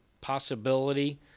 possibility